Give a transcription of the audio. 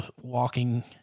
walking